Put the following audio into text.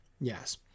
Yes